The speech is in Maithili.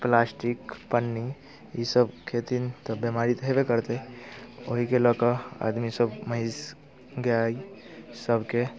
प्लास्टिक पन्नी ई सब खेथिन तब बीमारी तऽ हेबे करतै ओहीके लऽ कऽ आदमी सब महीष गाय सबके